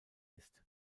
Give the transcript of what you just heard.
ist